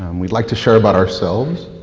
um we'd like to share about ourselves,